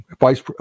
Vice